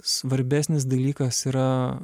svarbesnis dalykas yra